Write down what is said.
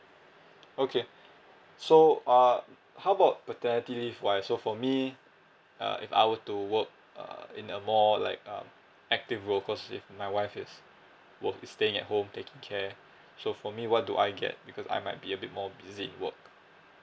okay so uh how about paternity leave wise so for me uh if I were to work err in a more like um active role cause if my wife is worth is staying at home taking care so for me what do I get because I might be a bit more busy at work